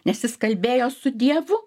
nes jis kalbėjo su dievu